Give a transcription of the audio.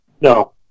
No